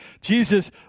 Jesus